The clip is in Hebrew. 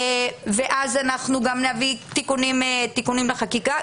ואז אנחנו גם נביא תיקונים בחקיקה,